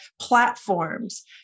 platforms